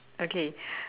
okay